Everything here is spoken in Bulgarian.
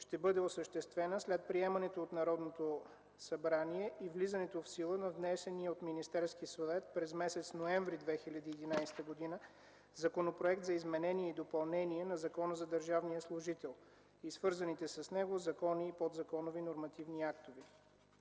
ще бъде осъществена след приемането от Народното събрание и влизането в сила на внесения от Министерския съвет през месец ноември 2011 г. Законопроект за изменение и допълнение на Закона за държавния служител и свързаните с него закони и подзаконови нормативни актове.